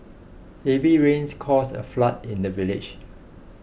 heavy rains caused a flood in the village